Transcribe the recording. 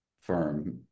firm